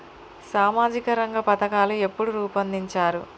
సామాజిక రంగ పథకాలు ఎప్పుడు రూపొందించారు?